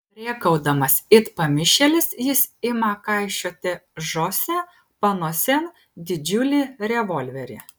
rėkaudamas it pamišėlis jis ima kaišioti žoze panosėn didžiulį revolverį